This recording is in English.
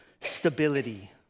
stability